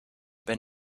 but